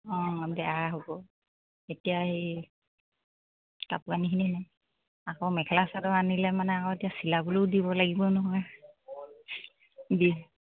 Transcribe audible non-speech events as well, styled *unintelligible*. অঁ *unintelligible* হ'ব এতিয়া হেৰি কাপোৰ কানিখিনি আকৌ মেখেলা চাদৰ আনিলে মানে আকৌ এতিয়া চিলাবলৈও দিব লাগিবও নহয় *unintelligible*